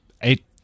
Eight